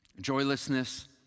joylessness